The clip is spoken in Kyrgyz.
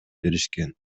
беришкен